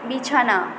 বিছানা